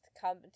come